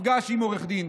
מפגש עם עורך דין.